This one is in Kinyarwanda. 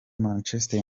manchester